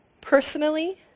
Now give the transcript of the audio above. Personally